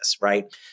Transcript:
right